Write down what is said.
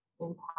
impact